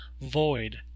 void